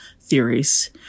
theories